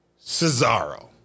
Cesaro